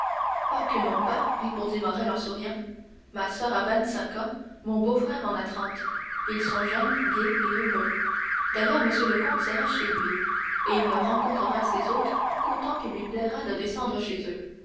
oh que non pas répondit morrel en souriant ma soeur a vingt-cinq ans mon beau-frère en a trente ils sont jeunes gais et heureux d'ailleurs monsieur le comte sera chez lui et il ne rencontrera ses hôtes qu'autant qu'il lui plaira de descendre chez eux